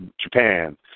Japan